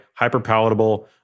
hyperpalatable